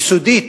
יסודית,